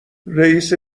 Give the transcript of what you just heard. رییس